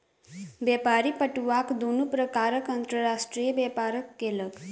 व्यापारी पटुआक दुनू प्रकारक अंतर्राष्ट्रीय व्यापार केलक